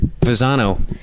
Visano